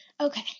Okay